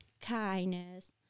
kindness